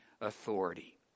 authority